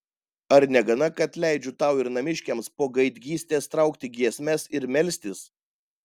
ar negana kad leidžiu tau ir namiškiams po gaidgystės traukti giesmes ir melstis